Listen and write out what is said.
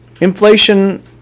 inflation